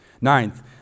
Ninth